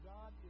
God